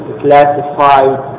classified